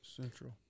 Central